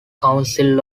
council